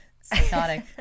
Psychotic